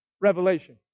revelation